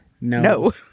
No